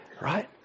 right